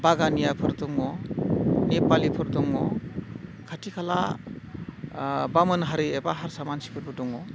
बागानियाफोर दङ नेपालिफोर दङ खाथि खाला बामोन हारि एबा हारसा मानसिफोरबो दङ